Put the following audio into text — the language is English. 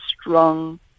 strong